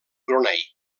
brunei